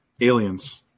aliens